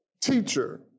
teacher